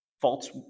false